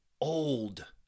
old